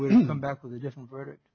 would come back with a different verdict